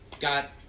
got